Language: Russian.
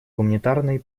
гуманитарной